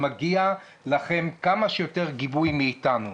שמגיע לכם כמה שיותר גיבוי מאתנו.